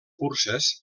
curses